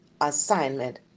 assignment